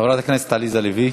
חברת הכנסת עליזה לביא,